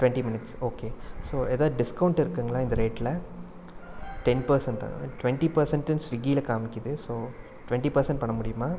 twenty minutes okay so எதாவது discount இருக்குதுங்ளா இந்த ரேட்டில் டென் பர்சண்ட்டா டுவெண்ட்டி பர்சண்ட்டுன்னு சுவிகில் காமிக்கிது ஸோ டுவெண்ட்டி பர்சன்ட் பண்ண முடியுமா